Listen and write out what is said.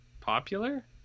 popular